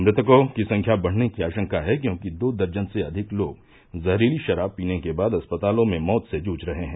मृतकों की संख्या बढ़ने की आशंका है क्योंकि दो दर्जन से अधिक लोग जहरीली शराब पीने के बाद अस्पतालों में मौत से जूझ रहे हैं